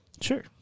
Sure